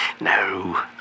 No